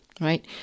right